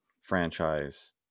franchise